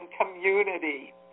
community